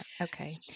Okay